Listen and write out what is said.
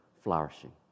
flourishing